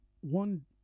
one